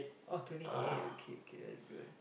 oh twenty eight okay K that's good